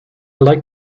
like